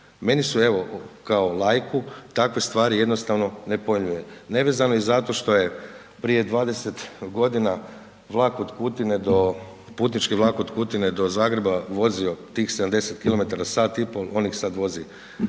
Meni su evo, kao laiku takve stvari jednostavno nepojmljive. Nevezano i zato što je prije 20 g. vlak od Kutine do, putnički vlak od Kutine do Zagreba vozio tih 70 km sat i pol, on ih sad ih